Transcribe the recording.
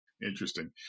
Interesting